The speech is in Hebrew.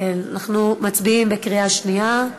אנחנו מצביעים בקריאה שנייה,